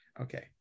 Okay